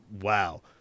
wow